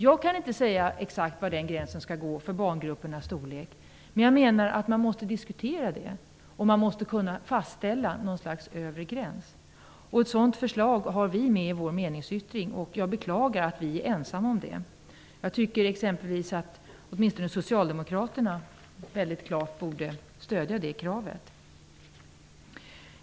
Jag kan inte säga exakt var gränsen för barngruppernas storlek skall gå, men jag menar att man måste diskutera saken, och man måste kunna fastställa något slags övre gräns. Vi har i vår meningsyttring med ett förslag till en sådan övre gräns, och jag beklagar att vi är ensamma om det. Jag tycker att åtminstone Socialdemokraterna väldigt klart borde stöda det kravet.